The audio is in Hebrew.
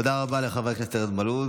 תודה רבה לחבר הכנסת ארז מלול,